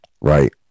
right